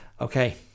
okay